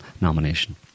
nomination